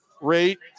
rate